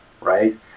Right